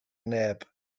neb